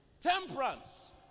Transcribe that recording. temperance